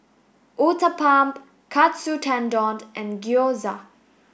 Uthapam Katsu Tendon and Gyoza